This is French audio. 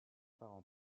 parents